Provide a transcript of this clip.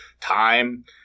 time